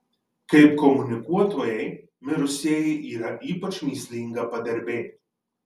kaip komunikuotojai mirusieji yra ypač mįslinga padermė